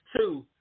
two